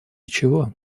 чего